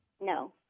No